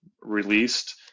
released